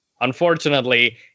unfortunately